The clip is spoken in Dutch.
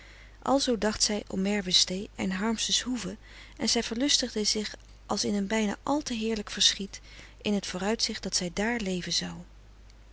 alzoo dacht zij om merwestee en harmsens hoeve en zij verlustigde zich als in een bijna àl te heerlijk verschiet in het vooruitzicht dat zij dààr leven zou